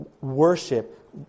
worship